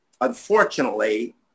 unfortunately